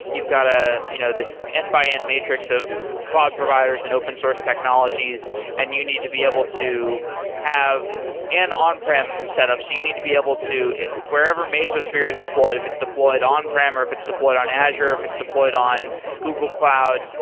you got ah you know this end-by-end matrix of cloud providers and open source technologies and you need to be able to have an on prem set up. so you need to be able to wherever mesossphere is deployed, if it's deployed on-prem or if it's deployed on azure, if it's deployed on google cloud,